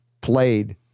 played